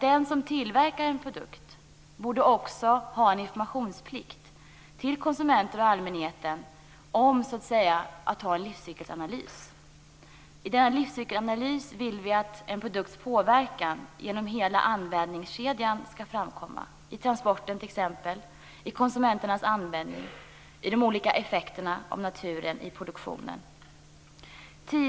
Den som tillverkar en produkt borde också ha en informationsplikt till konsumenter och till allmänheten om att ha en livscykelanalys. I denna livscykelanalys vill vi att en produkts påverkan genom hela användningskedjan skall framkomma, t.ex. i transporten, vid konsumenternas användning och vid de olika effekterna av naturen i produktionen.